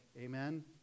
Amen